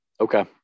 Okay